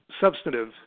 substantive